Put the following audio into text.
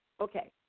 Okay